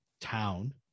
town